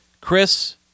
Chris